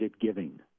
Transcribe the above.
giving